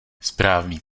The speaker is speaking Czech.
správný